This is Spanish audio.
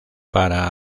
para